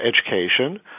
education